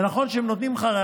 ונכון שהם נותנים לך,